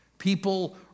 People